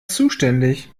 zuständig